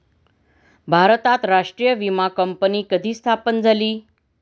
भारतात राष्ट्रीय विमा कंपनी कधी स्थापन झाली?